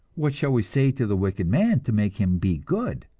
what shall we say to the wicked man to make him be good,